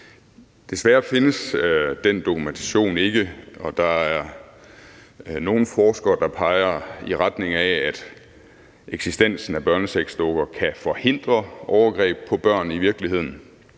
Desværre findes den dokumentation ikke, og der er nogle forskere, der peger i retning af, at eksistensen af børnesexdukker kan forhindre overgreb på børn i virkeligheden.